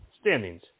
Standings